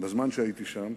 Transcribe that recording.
בזמן שהייתי שם